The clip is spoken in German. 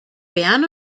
bern